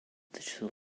digital